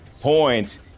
points